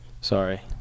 Sorry